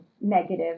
negative